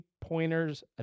pointers